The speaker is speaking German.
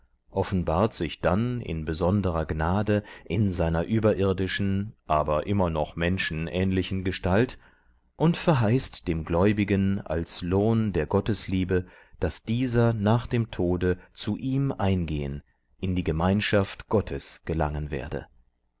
offenbart sich dann in besonderer gnade in seiner überirdischen aber immer noch menschenähnlichen gestalt und verheißt dem gläubigen als lohn der gottesliebe daß dieser nach dem tode zu ihm eingehen in die gemeinschaft gottes gelangen werde